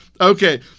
Okay